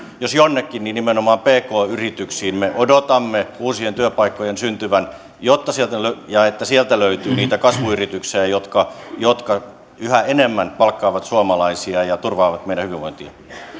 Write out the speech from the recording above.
jos jonnekin niin nimenomaan pk yrityksiin me odotamme uusien työpaikkojen syntyvän ja että sieltä löytyy niitä kasvuyrityksiä jotka jotka yhä enemmän palkkaavat suomalaisia ja turvaavat meidän hyvinvointia